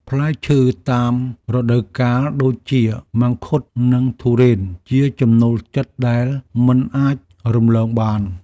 ផ្លែឈើតាមរដូវកាលដូចជា មង្ឃុត និងធុរេន ជាចំណូលចិត្តដែលមិនអាចរំលងបាន។